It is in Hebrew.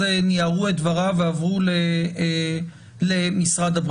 ניערו את דבריו ועברו למשרד הבריאות.